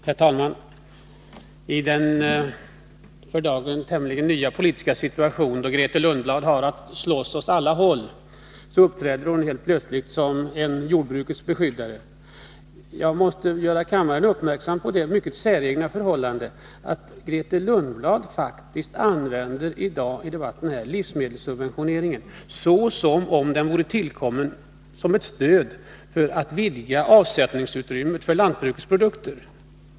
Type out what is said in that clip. Herr talman! I den för dagen tämligen nya politiska situation, då Grethe Lundblad har att slåss åt alla håll, uppträder hon helt plötsligt som en jordbrukets beskyddare. Jag måste göra kammaren uppmärksam på det mycket säregna förhållandet att Grethe Lundblad faktiskt uttrycker sig i debatten här i dag så att man skulle tro att livsmedelssubventioneringen är någonting som är tillkommet som ett stöd för att vidga avsättningsutrymmet för lantbrukets produkter.